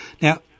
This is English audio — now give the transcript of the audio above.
Now